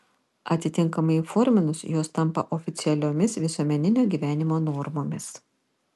atitinkamai įforminus jos tampa oficialiomis visuomeninio gyvenimo normomis